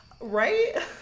right